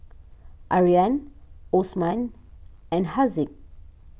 Aryan Osman and Haziq